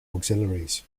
auxiliaries